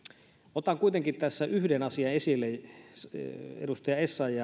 otan kuitenkin tässä yhden asian esille kun edustaja essayah